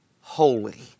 holy